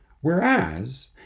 whereas